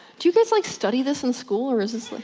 do you guys like study this in school, or is this like?